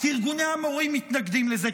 כי ארגוני המורים מתנגדים לזה,